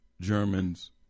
German's